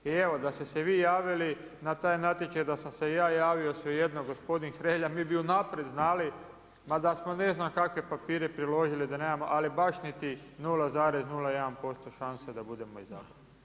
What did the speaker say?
I evo da ste se vi javili na taj natječaj, da sam se i ja javio svejedno gospodin Hrelja mi bi unaprijed znali ma da smo ne znam kakve papire priložili da nemamo, ali baš niti 0,01% šanse da budemo izabrani.